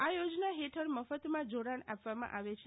આ યોજના હેઠણ મફતમાં જોડાણ આપવામાં આવે છે